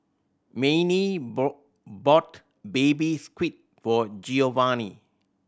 Mannie bought Baby Squid for Giovanni